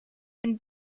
and